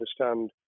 understand